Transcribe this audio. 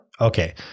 Okay